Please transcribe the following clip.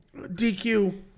DQ